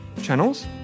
channels